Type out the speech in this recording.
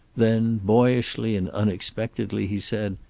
then, boyishly and unexpectedly he said,